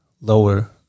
lower